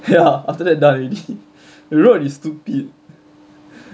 ya after that done already the road is stupid